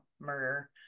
murder